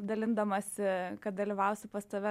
dalindamasi kad dalyvausiu pas tave